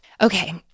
Okay